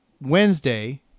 Wednesday